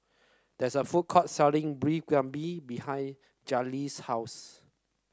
there is a food court selling Beef Galbi behind Jayleen's house